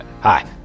Hi